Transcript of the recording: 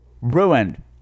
ruined